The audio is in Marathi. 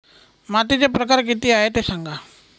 मातीचे प्रकार किती आहे ते सांगा